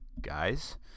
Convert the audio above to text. Guys